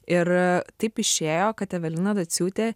ir taip išėjo kad evelina daciūtė